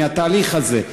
מהתהליך הזה.